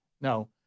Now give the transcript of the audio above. No